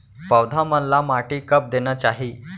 पौधा मन ला माटी कब देना चाही?